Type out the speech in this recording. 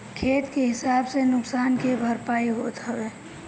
खेत के हिसाब से नुकसान के भरपाई होत हवे